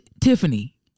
Tiffany